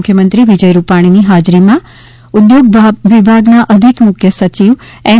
મુખ્યમંત્રી વિજય રૂપાણીની હાજરીમાં ઊદ્યોગ વિભાગના અધિક મુખ્ય સચિવ એમ